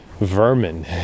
vermin